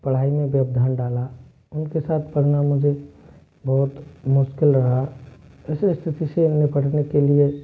पढ़ाई में व्यवधान डाला उनके साथ पढ़ना मुझे बहुत मुश्किल रहा ऐसे स्थिति से हमें पढ़ने के लिए